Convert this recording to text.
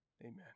Amen